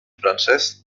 francès